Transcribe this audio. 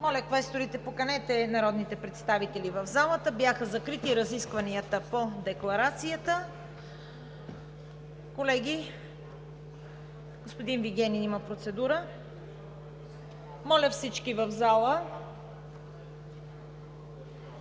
Моля, квесторите, поканете народните представители в залата. Бяха закрити разискванията по Декларацията. Колеги, господин Вигенин има процедура. КРИСТИАН ВИГЕНИН